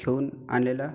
घेऊन आणलेला